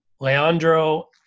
Leandro